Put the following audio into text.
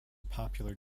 popular